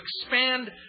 expand